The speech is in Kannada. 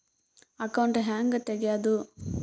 ಅಕೌಂಟ್ ಹ್ಯಾಂಗ ತೆಗ್ಯಾದು?